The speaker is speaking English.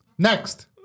Next